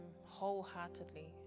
wholeheartedly